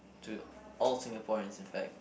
to all Singaporeans in fact